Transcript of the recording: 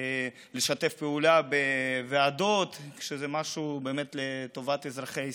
לשתף פעולה בוועדות כשזה משהו באמת לטובת אזרחי ישראל,